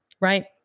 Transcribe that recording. right